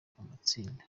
kubatsinda